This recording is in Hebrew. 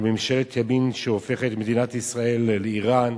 על ממשלת ימין שהופכת את מדינת ישראל לאירן,